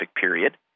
period